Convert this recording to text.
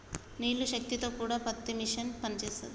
నీళ్ల శక్తి తో కూడా పత్తి మిషన్ పనిచేస్తది